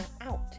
out